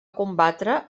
combatre